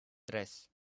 tres